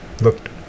Looked